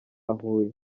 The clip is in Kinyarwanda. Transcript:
huye